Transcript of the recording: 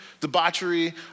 debauchery